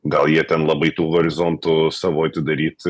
gal jie ten labai tų horizontų savo atidaryt